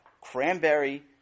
cranberry